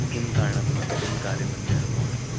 किं कारणं किं कार्यं मध्ये अनुभवः अस्ति